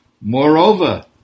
Moreover